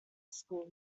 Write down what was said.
school